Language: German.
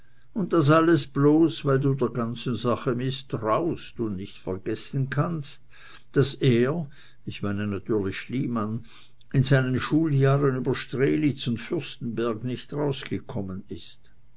und das alles bloß weil du der ganzen sache mißtraust und nicht vergessen kannst daß er ich meine natürlich schliemann in seinen schuljahren über strelitz und fürstenberg nicht rausgekommen ist